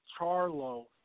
Charlo